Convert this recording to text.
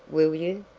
will you?